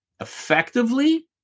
effectively